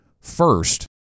first